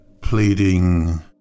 pleading